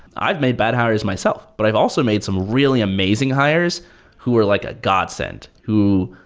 i've made bad hires myself, but i've also made some really amazing hires who were like a godsend. who,